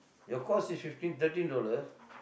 your cost is fifteen thirteen dollars